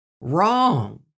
wrong